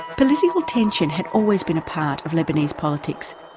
political tension had always been a part of lebanese politics,